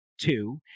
two